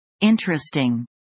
Interesting